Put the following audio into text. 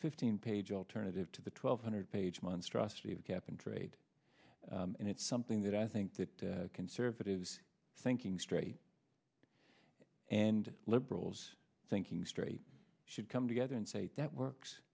fifteen page alternative to the twelve hundred page monstrosity of cap and trade and it's something that i think that conservatives thinking straight and liberals thinking straight should come together and say that